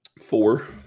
Four